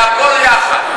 זה הכול יחד,